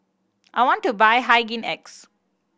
I want to buy Hygin X